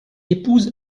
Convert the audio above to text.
épouse